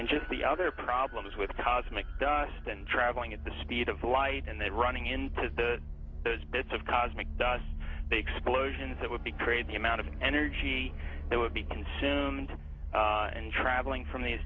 and just the other problems with cosmic dust and traveling at the speed of light and then running into the those bits of cosmic dust the explosions that would be great the amount of energy that would be consumed and traveling from these